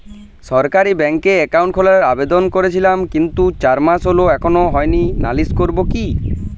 সরকারি ব্যাংকে একাউন্ট খোলার আবেদন করেছিলাম কিন্তু চার মাস হল এখনো হয়নি নালিশ করব কি?